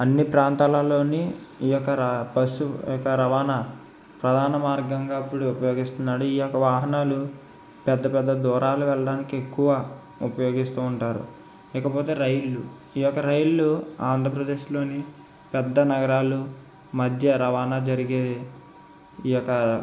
అన్ని ప్రాంతాలలోని ఈ యొక్క బస్సు యొక్క రవాణా ప్రధాన మార్గంగా ఇప్పుడు ఉపయోగిస్తున్నాడు ఈ యొక్క వాహనాలు పెద్ద పెద్ద దూరాలు వెళ్లడానికి ఎక్కువ ఉపయోగిస్తూ ఉంటారు ఇకపోతే రైళ్లు ఈ యొక్క రైళ్లు ఆంధ్రప్రదేశ్లోని పెద్ద నగరాలు మధ్య రవాణా జరిగే ఈ యొక్క